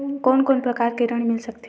कोन कोन प्रकार के ऋण मिल सकथे?